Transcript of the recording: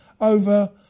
over